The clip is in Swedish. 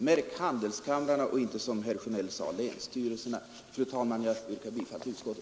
Fru talman! Jag yrkar bifall till utskottets hemställan.